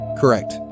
Correct